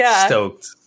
stoked